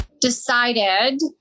decided